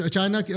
China